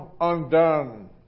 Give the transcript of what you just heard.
undone